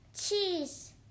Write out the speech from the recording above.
cheese